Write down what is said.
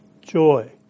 Joy